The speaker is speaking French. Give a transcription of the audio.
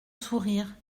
sourire